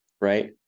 right